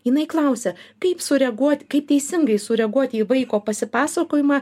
jinai klausia kaip sureaguot kaip teisingai sureaguoti į vaiko pasipasakojimą